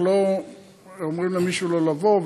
אנחנו לא אומרים למישהו לא לבוא,